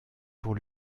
pour